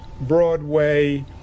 Broadway